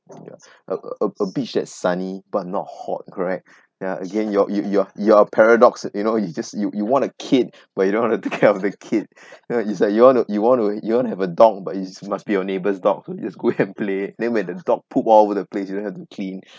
ya a a a beach that's sunny but not hot correct ya again your your your paradox you know you just you you want a kid but you don't want to take care of the kid know it's like you want to you want to you want to have a dog but it's must be your neighbor's dog so you just go and play then when the dog poop all over the place you don't have to clean